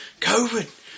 COVID